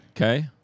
Okay